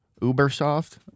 Ubisoft